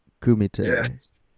Kumite